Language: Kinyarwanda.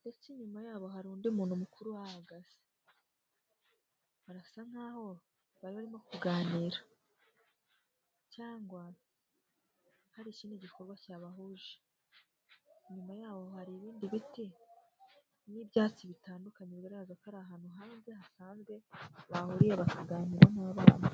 ndetse inyuma yabo hari undi muntu mukuru uhahagaze, barasa nkaho bari barimo kuganira cyangwa hari ikindi gikorwa cyabahuje, inyuma yaho hari ibindi biti n'ibyatsi bitandukanye biragaragara ko ari ahantu hanze hasanzwe bahuriye bakaganira nk'abana.